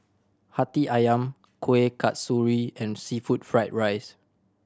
Hati Ayam Kuih Kasturi and seafood fried rice